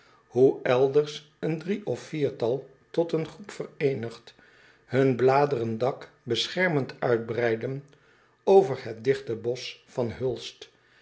hoe elders een drie of viertal tot een groep vereenigd hun bladerendak beschermend uitbreiden over het digte bosch van hulst